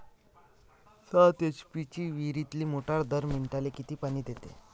सात एच.पी ची विहिरीतली मोटार दर मिनटाले किती पानी देते?